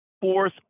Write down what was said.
Fourth